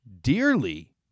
dearly